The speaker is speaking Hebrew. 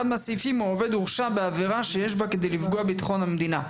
אחד מהסעיפים: "העובד הורשע בעבירה שיש בה כדי לפגוע בביטחון המדינה".